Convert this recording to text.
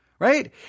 Right